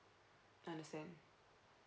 understand